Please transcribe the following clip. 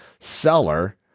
seller